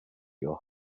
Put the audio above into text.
your